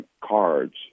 cards